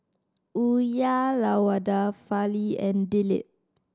Uyyalawada Fali and Dilip